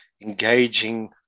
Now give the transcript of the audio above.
engaging